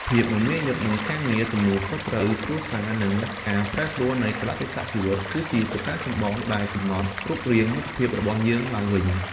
ភាពមមាញឹកនឹងការងារ ទំនួលខុសត្រូវគ្រួសារ និងការប្រែប្រួលនៃកាលៈទេសៈជីវិត គឺជាកត្តាចម្បងដែលកំណត់រូបរាងមិត្តភាពរបស់យើងឡើងវិញ។